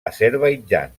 azerbaidjan